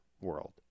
world